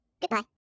Goodbye